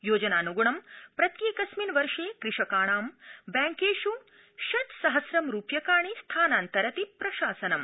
योजनान्ग्णं प्रत्येकस्मिन् वर्षे कृषकाणां बैंकेष् षट् सहस्वं रुप्यकाणि स्थानान्तरति प्रशासनम्